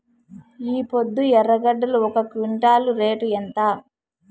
ఈపొద్దు ఎర్రగడ్డలు ఒక క్వింటాలు రేటు ఎంత?